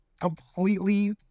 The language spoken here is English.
completely